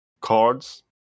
cards